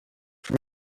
for